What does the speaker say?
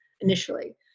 initially